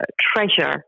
treasure